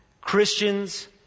Christians